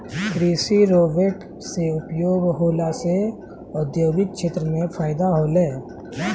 कृषि रोवेट से उपयोग होला से औद्योगिक क्षेत्र मे फैदा होलै